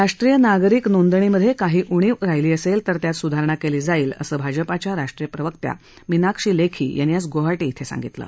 राष्ट्रीय नागरिक नोंदणीमधे काही उणीव राहिली असेल तर त्यात सुधारणा केली जाईल असं भाजपाच्या राष्ट्रीय प्रवक्ता मीनाक्षी लेखी यांनी आज गुवाहाटी इथं सांगितलं